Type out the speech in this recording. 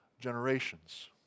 generations